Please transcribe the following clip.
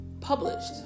published